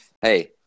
Hey